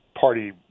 party